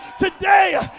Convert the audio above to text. Today